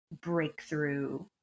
breakthrough